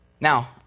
Now